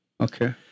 Okay